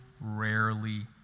rarely